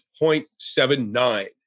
0.79